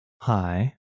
Hi